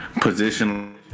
position